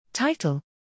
Title